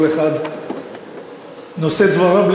כל אחד נושא דבריו,